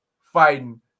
fighting